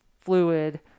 fluid